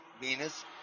Venus